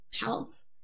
health